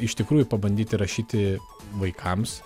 iš tikrųjų pabandyti rašyti vaikams